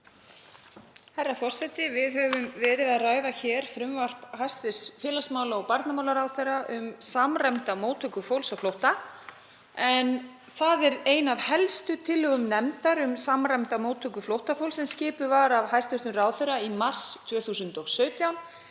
Herra forseti. Við höfum verið að ræða hér frumvarp hæstv. félags- og barnamálaráðherra um samræmda móttöku fólks á flótta en það er ein af helstu tillögum nefndar um samræmda móttöku flóttafólks sem skipuð var af hæstv. ráðherra í mars 2017